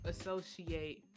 associate